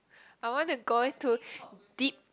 I wanna go into deep